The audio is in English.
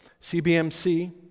CBMC